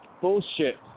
bullshit